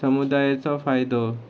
समुदायेचो फायदो